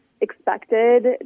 expected